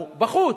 הוא בחוץ.